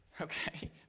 okay